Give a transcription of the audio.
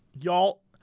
Y'all